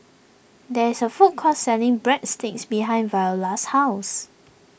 there is a food court selling breadsticks behind Viola's house